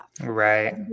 Right